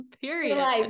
period